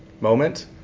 moment